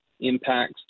impacts